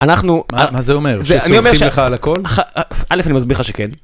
אנחנו... מה זה אומר? שסולחים לך על הכל? אלף, אני מסביר לך שכן.